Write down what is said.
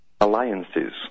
alliances